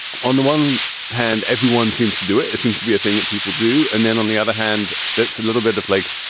on the one hand, everyone seems to do it. it seems to be a thing that people do. and then on the other hand, that's a little bit of like,